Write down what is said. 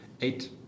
eight